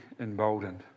emboldened